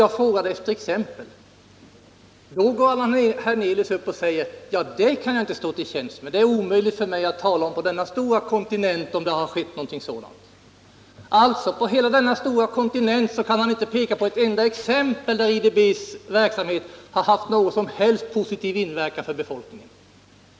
Jag frågade efter exempel, och då går han upp och säger att det kan han inte stå till tjänst med, det är alldeles omöjligt att på denna stora kontinent peka på något exempel. Han kan alltså, på hela denna stora kontinent, inte peka på ett enda exempel där IDB:s verksamhet haft någon positiv verkan för befolkningen!